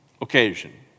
occasion